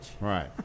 Right